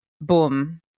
boom